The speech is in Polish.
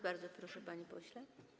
Bardzo proszę, panie pośle.